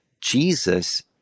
Jesus